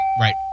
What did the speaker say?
Right